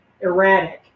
erratic